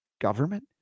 government